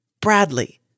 Bradley